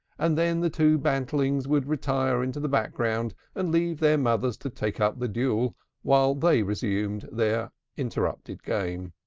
and then the two bantlings would retire into the background and leave their mothers to take up the duel while they resumed their interrupted game.